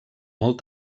molt